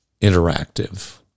interactive